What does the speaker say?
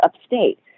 upstate